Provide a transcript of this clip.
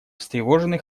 встревожены